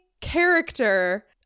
character